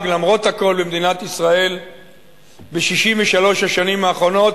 למרות הכול במדינת ישראל ב-63 השנים האחרונות,